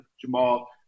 Jamal